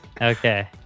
Okay